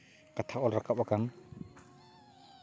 ᱠᱟᱛᱷᱟ ᱚᱞ ᱨᱟᱠᱟᱵ ᱟᱠᱟᱱ